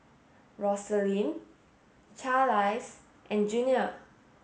Roselyn Charlize and Junior